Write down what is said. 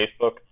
Facebook